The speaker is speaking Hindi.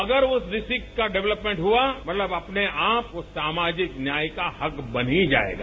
अगर उस डिस्ट्रिक्ट का डेवलपमेंट हुआ मतलब अपने आप वो सामाजिक न्याय का हब बन ही जाएगा